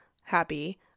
happy